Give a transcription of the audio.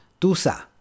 Tusa